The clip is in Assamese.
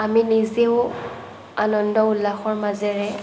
আমি নিজেও আনন্দ উল্লাসৰ মাজেৰে